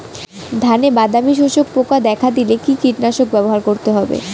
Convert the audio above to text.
ধানে বাদামি শোষক পোকা দেখা দিলে কি কীটনাশক ব্যবহার করতে হবে?